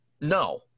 No